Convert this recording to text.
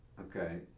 Okay